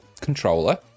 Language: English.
controller